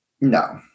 No